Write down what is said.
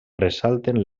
ressalten